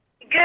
Good